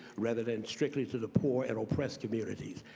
rather than strictly to the poor and owe pressed communities.